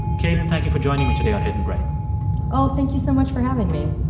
cailin, thank you for joining me today on hidden brain oh, thank you so much for having me